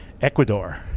Ecuador